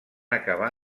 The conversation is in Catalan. acabar